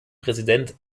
präsident